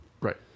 Right